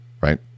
right